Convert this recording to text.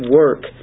work